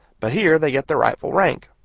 but here they get their rightful rank.